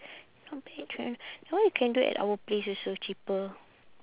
that one you can do at our place also cheaper